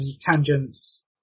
tangents